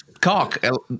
cock